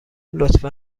لطفا